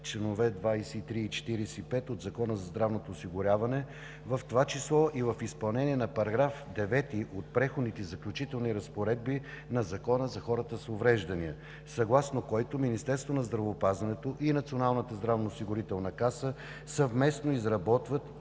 членове 23 и 45 от Закона за здравното осигуряване, в това число и в изпълнение на § 9 от Преходните и заключителните разпоредби на Закона за хората с увреждания, съгласно който Министерството на здравеопазването и Националната здравноосигурителна каса съвместно изработват